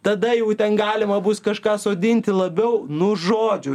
tada jau ten galima bus kažką sodinti labiau nuo žodžiu